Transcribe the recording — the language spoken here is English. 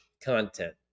content